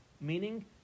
Meaning